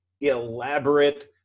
elaborate